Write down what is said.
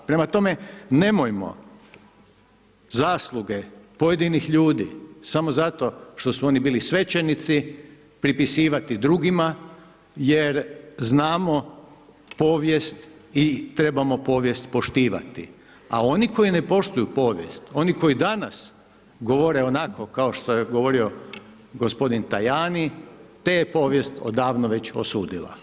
Prema tome, nemojmo zasluge pojedinih ljudi, samo zato što su oni bili svećenici, pripisivati drugima, jer znamo povijest i trebamo povijest poštovati, a oni koji ne poštuju povijest, oni koji danas govore onako kao što je govorio g. Tajani, te je povijest već odavno osudila.